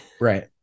Right